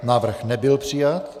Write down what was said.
Návrh nebyl přijat.